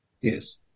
Yes